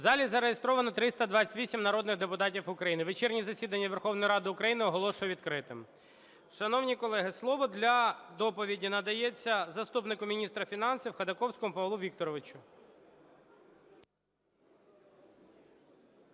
В залі зареєстровано 328 народних депутатів України. Вечірнє засідання Верховної Ради України оголошую відкритим. Шановні колеги, слово для доповіді надається заступнику міністра фінансів Ходаковському Павлу Вікторовичу